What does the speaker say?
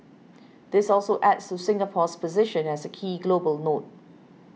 this also adds to Singapore's position as a key global node